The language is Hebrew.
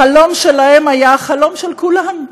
החלום שלהם היה החלום של כולנו,